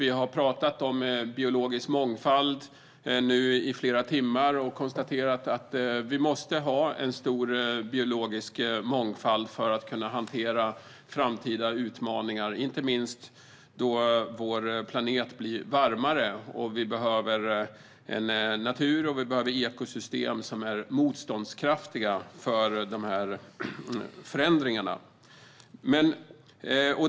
Vi har nu pratat om biologisk mångfald i flera timmar och konstaterat att vi måste ha en stor biologisk mångfald för att kunna hantera framtida utmaningar, inte minst då vår planet blir varmare. Vi behöver natur och ekosystem som är motståndskraftiga mot dessa förändringar.